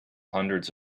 hundreds